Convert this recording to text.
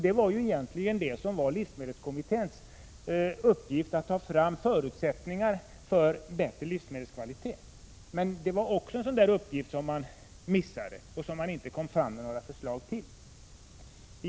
Det var egentligen livsmedelskommitténs uppgift att ta fram förutsättningar för bättre livsmedelskvalitet, men det var också en uppgift som man missade och inte hade några förslag om.